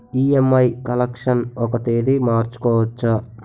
EMI collection ఒక తేదీ మార్చుకోవచ్చా?